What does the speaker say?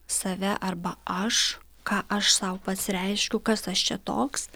save arba aš ką aš sau pats reiškiu kas aš čia toks